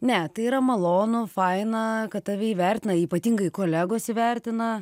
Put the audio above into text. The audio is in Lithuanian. ne tai yra malonu faina kad tave įvertina ypatingai kolegos įvertina